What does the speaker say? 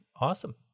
Awesome